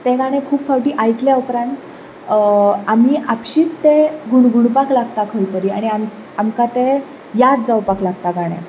तें गाणें खूब फावटी आयकल्या उपरांत आमी आपशींच तें गुण गुणपाक लागता खंय तरी आनी आमकां तें याद जावपाक लागता गाणें